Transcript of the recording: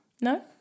No